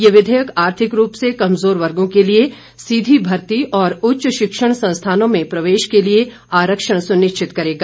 यह विधेयक आर्थिक रूप से कमजोर वर्गो के लिए सीधी भर्ती और उच्च शिक्षण संस्थानों में प्रवेश के लिए आरक्षण सुनिश्चित करेगा